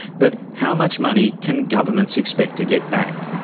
but how much money can governments expect to get back?